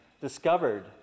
discovered